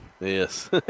Yes